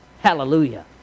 Hallelujah